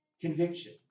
conviction